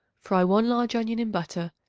fry one large onion in butter,